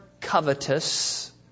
covetous